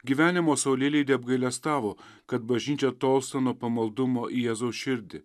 gyvenimo saulėlydy apgailestavo kad bažnyčia tolsta nuo pamaldumo į jėzaus širdį